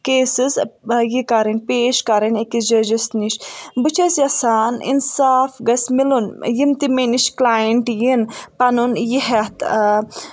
cases یہِ کَرٕنۍ پیش کَرٕنۍ أکِس جیجَس نِش بہٕ چھس یژھان اِنصاف گَژھِ مِلُن یِم تہِ مےٚ نِش کٕلاینٹ یِن پَنُن یہِ ہٮ۪تھ آ